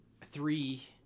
three